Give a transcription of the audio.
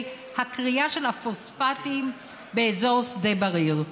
הכרייה של הפוספטים באזור שדה בריר.